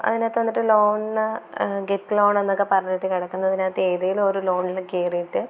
അതിനകത്ത് എന്നിട്ട് ലോണിന് ഗെറ്റ് ലോണെന്നൊക്ക പറഞ്ഞിട്ട് കിടക്കുന്നതിനകത്ത് ഏതെങ്കിലും ഒരു ലോണിൽ കയറിട്ട്